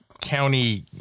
county